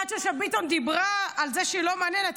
יפעת שאשא ביטון דיברה על זה שהיא לא מעניינת.